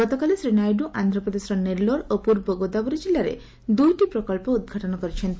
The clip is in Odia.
ଗତକାଲି ଶ୍ରୀ ନାଇଡୁ ଆନ୍ଧ୍ରପ୍ରଦେଶର ନେଲ୍ଲୋର ଓ ପୂର୍ବ ଗୋଦାବରୀ କିଲ୍ଲାରେ ଦୁଇଟି ପ୍ରଚ୍ଚ ଉଦ୍ଘାଟନ କରିଛନ୍ତି